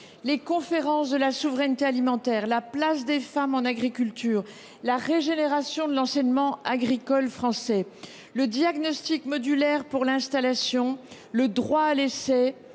les conférences de la souveraineté alimentaire ; la place des femmes en agriculture ; la régénération de l’enseignement agricole ; le diagnostic modulaire pour l’installation ; le droit à l’essai